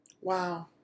Wow